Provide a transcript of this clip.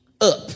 up